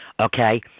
Okay